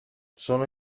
sono